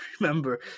remember